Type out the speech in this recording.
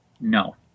No